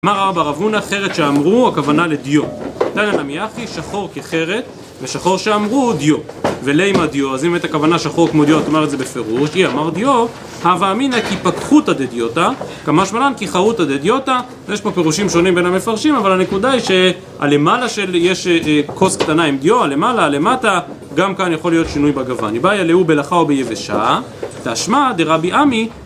אמר מר בר רב הונא, חרת שאמרו, הכוונה לדיו, אתה מניח שחור כחרת, ושחור שאמרו דיו. ולימא דיו, אז אם באמת הכוונה שחור כמו דיו, תאמר את זה בפירוש? אי אמרת דיו, הוה אמינא כי פתחותא דדיותא, קא משמע לן כחרותא דדיותא. יש פה פירושים שונים בין המפרשים, אבל הנקודה היא, שהלמעלה של יש כוס קטנה עם דיו, הלמעלה הלמטה, גם כאן יכול להיות שינוי בגוון, איבעיא להו בלחה או ביבישה? תא שמע דרבי אמי